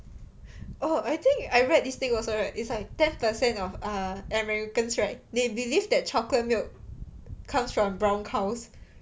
oh I think I read this thing also right is like ten percent of err americans right they believe that chocolate milk comes from brown cows